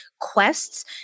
quests